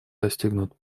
достигнут